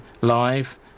live